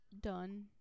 done